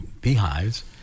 beehives